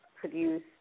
produce